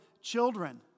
children